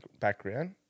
background